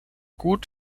gut